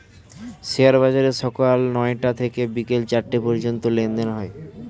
share বাজারে সকাল নয়টা থেকে বিকেল চারটে পর্যন্ত লেনদেন হয়